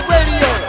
Radio